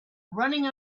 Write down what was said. running